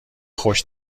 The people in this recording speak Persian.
خوش